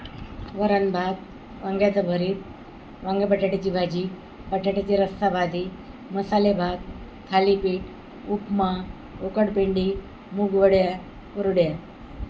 वरण भात वांग्याचं भरीत वांग्या बटाट्याची भाजी बटाट्याची रस्साभाजी मसाले भात थालीपीठ उपमा उकडपेंडी मूगवड्या कुरड्या